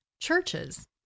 churches